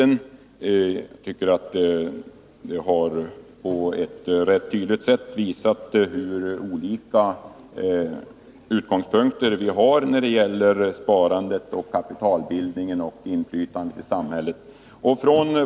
Jag tycker att vi på ett rätt tydligt sätt har visat hur olika utgångspunkter vi har när det gäller sparandet, kapitalbildningen och inflytandet i samhället.